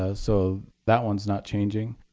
ah so that one's not changing.